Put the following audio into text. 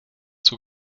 zur